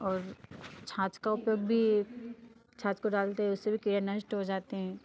और छाज का उपयोग भी छाज को डालते उससे भी कीड़े नष्ट हो जाते हैं